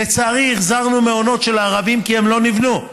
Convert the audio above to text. לצערי החזרנו מעונות של ערבים, כי הם לא נבנו.